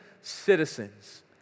citizens